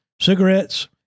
cigarettes